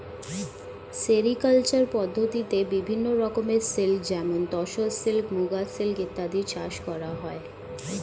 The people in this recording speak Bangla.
সেরিকালচার পদ্ধতিতে বিভিন্ন রকমের সিল্ক যেমন তসর সিল্ক, মুগা সিল্ক ইত্যাদি চাষ করা হয়